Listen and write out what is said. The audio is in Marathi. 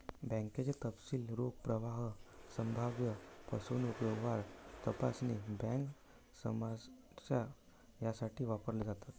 बँकेचे तपशील रोख प्रवाह, संभाव्य फसवणूक, व्यवहार तपासणी, बँक सामंजस्य यासाठी वापरले जातात